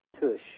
Tush